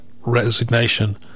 resignation